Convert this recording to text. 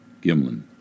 Gimlin